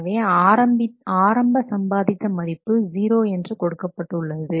எனவே ஆரம்ப சம்பாதித்த மதிப்பு 0 என்று கொடுக்கப்பட்டு உள்ளது